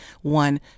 one